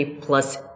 plus